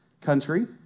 country